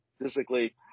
physically